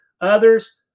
others